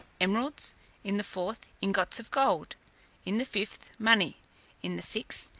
emeralds in the fourth, ingots of gold in the fifth, money in the sixth,